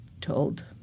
told